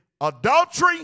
adultery